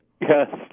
Yes